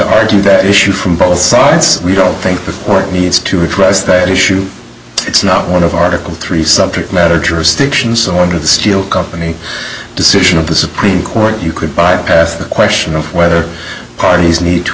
to issue from both sides we don't think the court needs to address that issue it's not one of article three subject matter jurisdiction some under the steel company decision of the supreme court you could bypass the question of whether parties need to